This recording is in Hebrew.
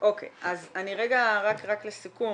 רק לסיכום,